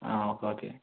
okay okay